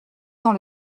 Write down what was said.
dans